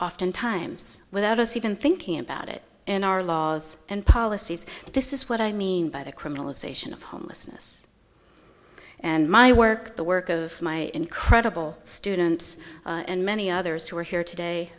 oftentimes without us even thinking about it in our laws and policies and this is what i mean by the criminalization of homelessness and my work the work of my incredible students and many others who are here today